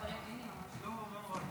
מכובדי היושב-ראש,